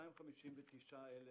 259,000